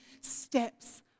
steps